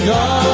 God